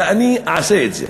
ואני אעשה את זה.